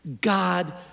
God